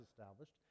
established